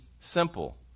simple